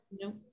Nope